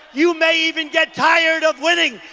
you may even get tired of winning!